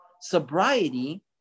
sobriety